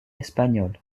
espagnol